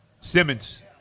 Simmons